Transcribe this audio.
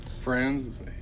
friends